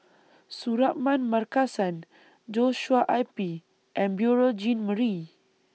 Suratman Markasan Joshua Ip and Beurel Jean Marie